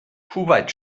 kuwait